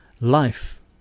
life